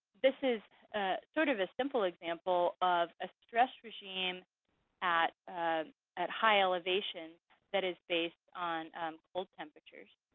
this is sort of a simple example of a stress regime at ah at high elevation that is based on cold temperatures.